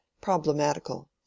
Problematical